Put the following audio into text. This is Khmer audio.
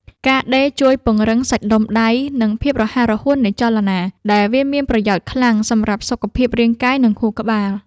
ការដេរជួយពង្រឹងសាច់ដុំដៃ និងភាពរហ័សរហួននៃចលនា ដែលវាមានប្រយោជន៍ខ្លាំងសម្រាប់សុខភាពរាងកាយ និងខួរក្បាល។